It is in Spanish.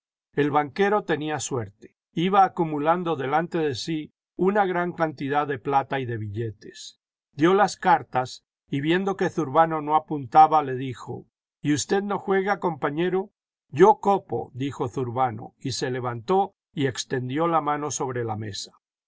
el banquero tenía suerte iba acumulando delante de sí una gran cantidad de plata y de billetes dio las cartas y viendo que zurbano no apuntaba le dijo jy usted no juega compañero yo copo dijo zurbano y se levantó y extendió la mano sobre la mesa